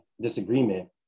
disagreement